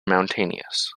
mountainous